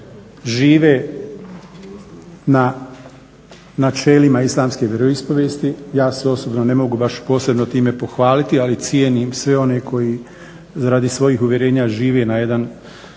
žive na načelima islamske vjeroispovijesti, ja se osobno ne mogu baš posebno time pohvaliti ali cijenim sve one koji radi svojih uvjerenja žive na jedan